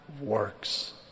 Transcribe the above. works